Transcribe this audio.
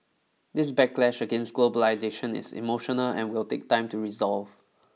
this backlash against globalisation is emotional and will take time to resolve